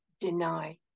deny